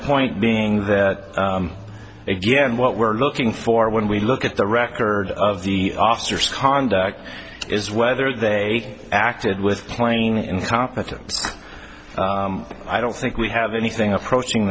point being that again what we're looking for when we look at the record of the officers conduct is whether they acted with plain incompetence i don't think we have anything approaching